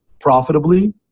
profitably